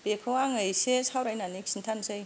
बेखौ आङो इसे सावरायनानै खिन्थानोसै